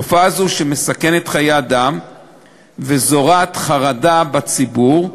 תופעה זו, שמסכנת חיי אדם וזורעת חרדה בציבור,